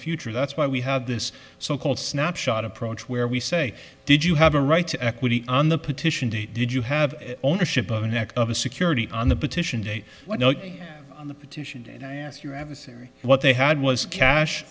future that's why we have this so called snapshot approach where we say did you have a right to equity on the petition date did you have ownership of an act of a security on the petition date on the petition did i ask your adversary what they had was cash